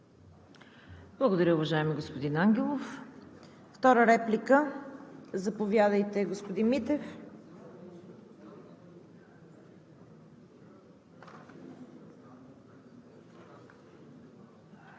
Благодаря, уважаеми господин Ангелов. Втора реплика, заповядайте, господин Митев.